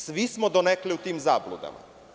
Svi smo donekle u tim zabludama.